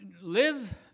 live